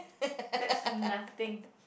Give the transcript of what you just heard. that's nothing